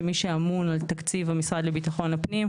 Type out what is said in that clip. הוועדה המיוחדת להצעת חוק לתיקון פקודת המשטרה (סמכויות),